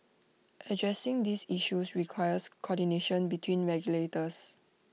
addressing these issues requires coordination between regulators